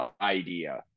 idea